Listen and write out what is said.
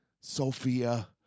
Sophia